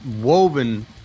woven